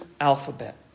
alphabet